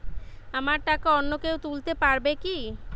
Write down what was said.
আমার টাকা অন্য কেউ তুলতে পারবে কি?